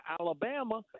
Alabama